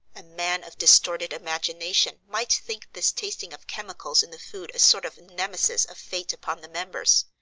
a man of distorted imagination might think this tasting of chemicals in the food a sort of nemesis of fate upon the members.